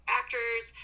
actors